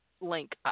link